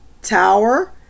Tower